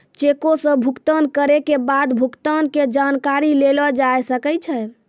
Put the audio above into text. चेको से भुगतान करै के बाद भुगतान के जानकारी लेलो जाय सकै छै